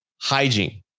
Hygiene